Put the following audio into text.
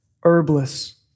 herbless